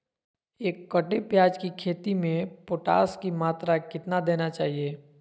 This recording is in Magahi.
एक कट्टे प्याज की खेती में पोटास की मात्रा कितना देना चाहिए?